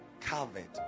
covered